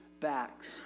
backs